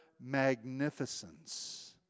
magnificence